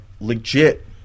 legit